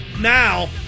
now